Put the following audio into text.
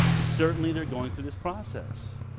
certainly they're going through this process.